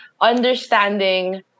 understanding